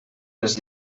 les